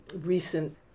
recent